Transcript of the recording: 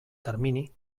termini